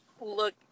look